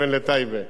בוודאי.